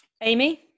amy